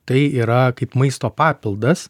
tai yra kaip maisto papildas